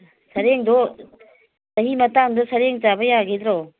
ꯁꯔꯦꯡꯗꯣ ꯆꯍꯤ ꯃꯇꯥꯡꯗꯨꯗ ꯁꯔꯦꯡ ꯆꯥꯕ ꯌꯥꯒꯤꯗ꯭ꯔꯣ